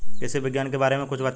कृषि विज्ञान के बारे में कुछ बताई